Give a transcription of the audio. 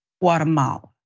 Guatemala